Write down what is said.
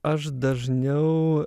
aš dažniau